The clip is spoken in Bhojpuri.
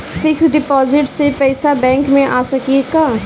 फिक्स डिपाँजिट से पैसा बैक मे आ सकी कि ना?